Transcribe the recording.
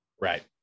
Right